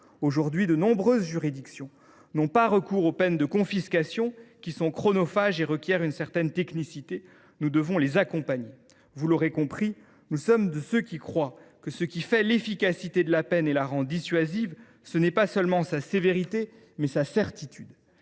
Aujourd’hui, de nombreuses juridictions n’ont pas recours aux pratiques de confiscation, car celles ci sont chronophages et requièrent une certaine technicité. Nous devons donc les accompagner. Vous l’aurez compris : nous sommes de ceux qui croient que ce qui fait l’efficacité de la peine et la rend dissuasive est non pas sa sévérité, mais sa certitude.